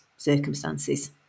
circumstances